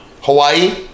Hawaii